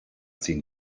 ziehen